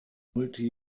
multi